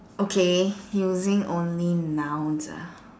okay using only nouns ah